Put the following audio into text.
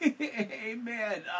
Amen